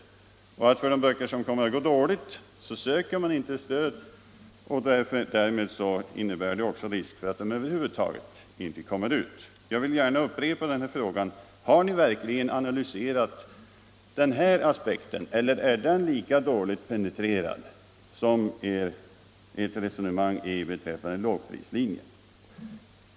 För de böcker som man bedömer kommer att gå dåligt söker man däremot inget stöd; och därmed är det risk för att de över huvud taget inte kommer ut. Jag vill upprepa frågan: Har ni verkligen analyserat denna aspekt eller är den lika dåligt penetrerad som ert resonemang beträffande lågprislinjen?